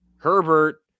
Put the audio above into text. Herbert